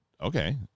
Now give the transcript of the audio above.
okay